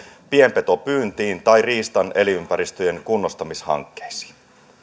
pienpetopyyntiin tai riistan elin ympäristöjen kunnostamishankkeisiin